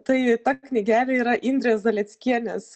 tai ta knygelė yra indrės zaleckienės